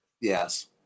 Yes